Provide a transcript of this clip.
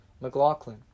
McLaughlin